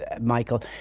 Michael